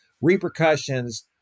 repercussions